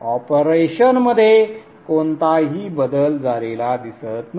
ऑपरेशनमध्ये कोणताही बदल झालेला दिसत नाही